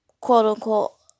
quote-unquote